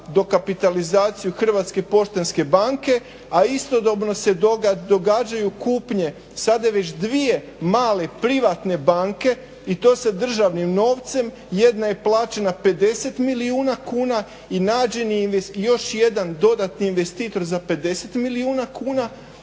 dokapitalizaciju Hrvatske poštanske banke, a istodobno se događaju kupnje sada već dvije male privatne banke i to sa državnim novcem. Jedna je plaćena 50 milijuna kuna i nađen je još jedan dodatni investitor za 50 milijuna kuna,